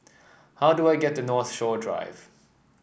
how do I get to Northshore Drive